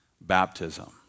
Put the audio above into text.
baptism